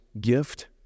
gift